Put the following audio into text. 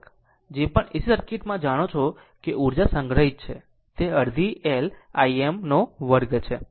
આમ જે પણ AC સર્કિટમાં જાણો કે ઉર્જા સંગ્રહિત છે તે અડધી L Im 2 છે